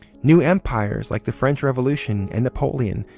new empires, like the french revolution, and napoleon,